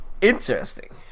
Interesting